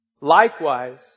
Likewise